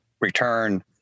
return